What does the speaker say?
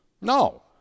No